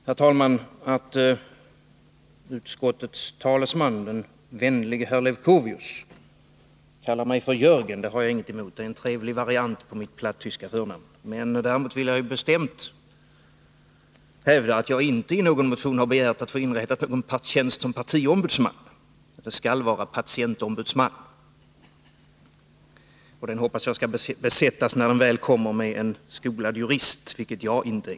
Herr talman! Jag har inget emot att utskottets talesman, den vänlige herr Leuchovius, kallar mig för Jörgen — det är en trevlig variant på mitt plattyska förnamn. Däremot vill jag bestämt hävda att jag inte i någon motion har begärt att få en tjänst som partiombudsman inrättad — det skall vara patientombudsman. Och när den tjänsten väl kommer, hoppas jag att den besätts med en skolad jurist, vilket jag inte är.